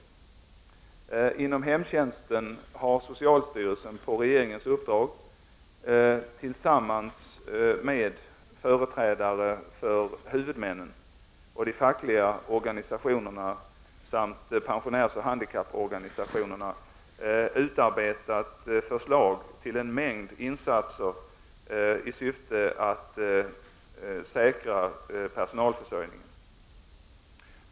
Inom hemtjänsten har socialstyrelsen, på uppdrag av regeringen, tillsammans med företrädare för huvudmännen, de fackliga organisationerna samt pensionärsoch handikapporganisationerna utarbetat förslag till en mängd insatser i syfte att säkra personalförsörjningen.